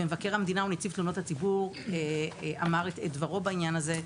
ומבקר המדינה ונציב תלונות הציבור אמר את דברו בעניין הזה,